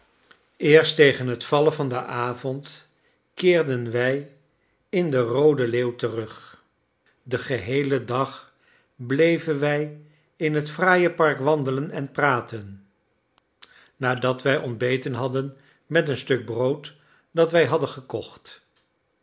eerst tegen het vallen van den avond keerden wij in de roode leeuw terug den geheelen dag bleven wij in het fraaie park wandelen en praten nadat wij ontbeten hadden met een stuk brood dat we hadden gekocht